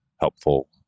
helpful